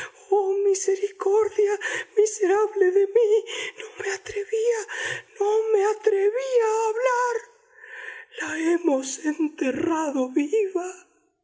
misericordia miserable de mí no me atrevía no me atrevía a hablar la hemos enterrado viva